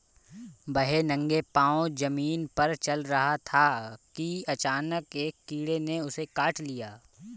वह नंगे पांव जमीन पर चल रहा था कि अचानक एक कीड़े ने उसे काट लिया